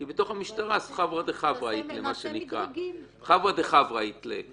כי בתוך המשטרה חברך חברא אית ליה.